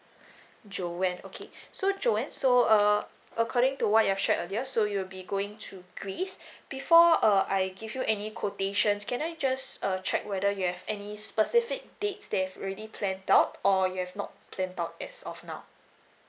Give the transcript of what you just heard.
joanne okay so joanne so uh according to what you've shared earlier so you'll be going to greece before uh I give you any quotations can I just uh check whether you have any specific dates that you've already plan out or you have not plan out as of now